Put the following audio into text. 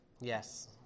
Yes